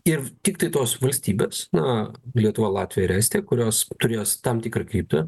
ir tiktai tos valstybės na lietuva latvija ir estija kurios turėjo su tam tikrą kryptį